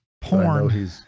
Porn